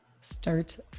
start